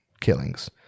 killings